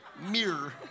Mirror